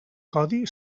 codi